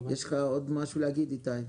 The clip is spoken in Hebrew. יש לך עוד משהו להגיד איתי?